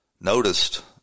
noticed